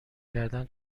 کردن